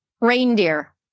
reindeer